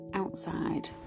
outside